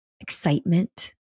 excitement